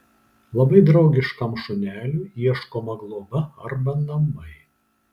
labai draugiškam šuneliui ieškoma globa arba namai